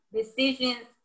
decisions